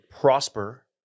Prosper